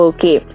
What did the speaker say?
Okay